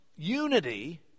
Unity